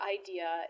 idea